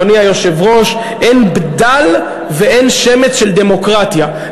אדוני היושב-ראש: אין בדל ואין שמץ של דמוקרטיה,